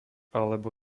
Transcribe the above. alebo